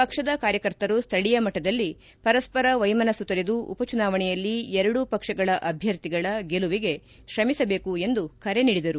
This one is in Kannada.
ಪಕ್ಷದ ಕಾರ್ಯಕರ್ತರು ಸ್ಥಳೀಯ ಮಟ್ಟದಲ್ಲಿ ಪರಸ್ವರ ವೈಮನಸ್ನು ತೊರೆದು ಉಪಚುನಾವಣೆಯಲ್ಲಿ ಎರಡೂ ಪಕ್ಷಗಳ ಅಭ್ಯರ್ಥಿಗಳ ಗೆಲುವಿಗೆ ಶ್ರಮಿಸಬೇಕು ಎಂದು ಕರೆ ನೀಡಿದರು